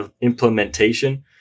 implementation